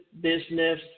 business